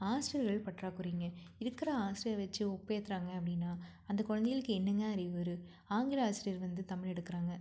ஆசிரியர்கள் பற்றாக்குறைங்க இருக்கிற ஆசிரியர் வச்சி ஒப்பேத்துகிறாங்க அப்படின்னா அந்த கொழந்தைகளுக்கு என்னங்க அறிவு வரும் ஆங்கில ஆசிரியர் வந்து தமிழ் எடுக்கிறாங்க